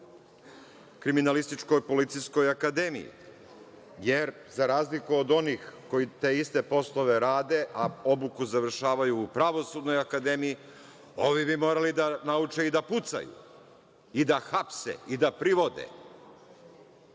u Kriminalističko-policijskoj akademiji. Za razliku od onih koji te iste poslove rade, a obuku završavaju u Pravosudnoj akademiji ovi bi morali da nauče i da pucaju i da hapse i da privode.